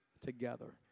together